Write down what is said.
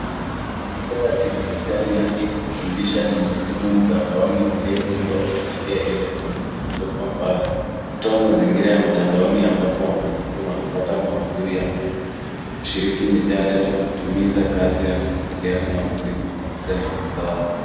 Majukwaa ya kidijitali na hii kufundisha ni mifumo mtandaoni iliyoundwa kusaidia elimu na mafunzo kwa mbali. Hutoa mazingira ya mtandaoni ambapo wanafunzi wanapata maudhui ya masomo ,kushiriki mijadala, kutimiza kazi na kuwasiliana na walimu pamoja na wenzao.